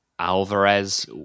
Alvarez